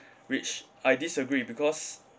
which I disagree because